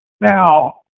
Now